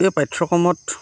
এই পাঠ্যক্ৰমত